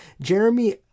Jeremy